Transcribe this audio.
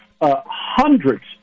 Hundreds